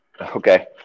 Okay